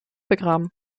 begraben